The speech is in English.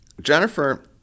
Jennifer